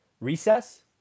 recess